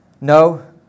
No